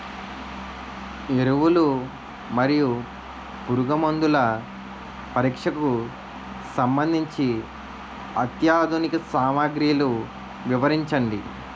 ఎరువులు మరియు పురుగుమందుల పరీక్షకు సంబంధించి అత్యాధునిక సామగ్రిలు వివరించండి?